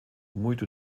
muito